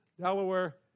Delaware